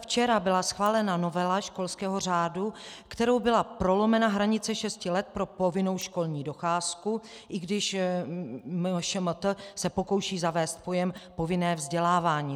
Včera byla schválena novela školského řádu, kterou byla prolomena hranice šesti let pro povinnou školní docházku, i když MŠMT se pokouší zavést pojem povinné vzdělávání.